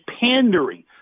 pandering